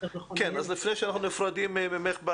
לפני שאנחנו נפרדים ממך,